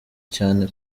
cyane